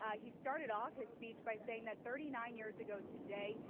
um he started off his speech by saying that thirty nine years ago today,